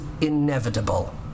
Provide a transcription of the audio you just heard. inevitable